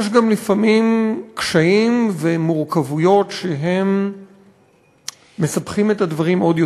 יש גם לפעמים קשיים ומורכבויות שמסבכים את הדברים עוד יותר.